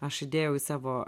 aš įdėjau į savo